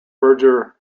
berger